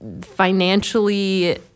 Financially